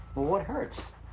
well, what hurts?